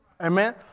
amen